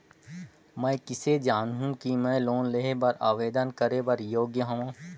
मैं किसे जानहूं कि मैं लोन लेहे बर आवेदन करे बर योग्य हंव?